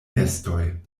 nestoj